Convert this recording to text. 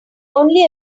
only